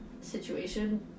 situation